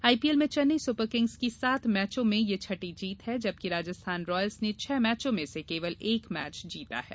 IPL में Chennai Super Kings की सात मैचों में यह छठी जीत है जबकि राजस्थान रॉयल्स ने छह मैचों में से केवल एक मैच जीता है